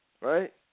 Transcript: right